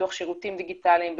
בפיתוח שירותים דיגיטליים,